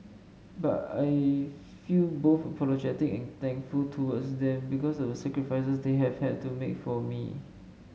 but I feel both apologetic and thankful towards them because of the sacrifices they have had to make for me